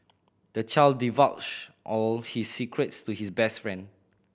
the child divulged all his secrets to his best friend